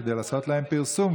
כדי לעשות להם פרסום,